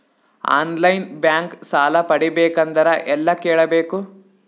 On line bank ಸಾಲ ಪಡಿಬೇಕಂದರ ಎಲ್ಲ ಕೇಳಬೇಕು?